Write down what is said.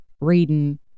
reading